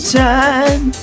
time